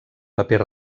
paper